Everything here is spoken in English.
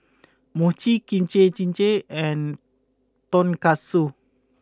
Mochi Kimchi Jjigae and Tonkatsu